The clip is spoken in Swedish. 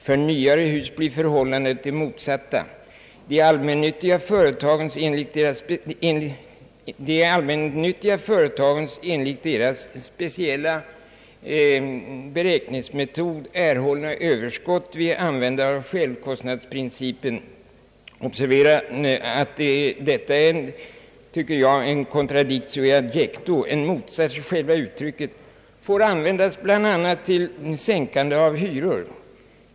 För nyare hus blir förhållandet det motsatta.» De allmännyttiga företagens enligt deras speciella beräkningsmetod erhållna överskott vid användandet av självkostnadsprincipen — observera att detta är, tycker jag, en contradictio in adjecto, en motsats i själva uttrycket — får enligt propositionen användas bland annat till sänkande av hyror.